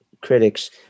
critics